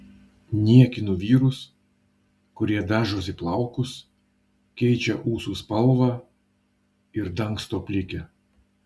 niekinu vyrus kurie dažosi plaukus keičia ūsų spalvą ir dangsto plikę